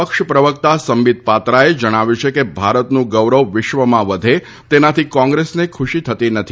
પક્ષ પ્રવક્તા સંબિત પાત્રાએ જણાવ્યું છે કે ભારતનું ગૌરવ વિશ્વમાં વધે તેનાથી કોંગ્રેસને ખુશી થતી નથી